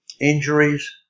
injuries